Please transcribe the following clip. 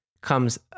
comes